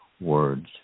words